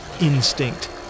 instinct